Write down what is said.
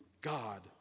God